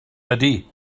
ydy